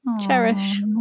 Cherish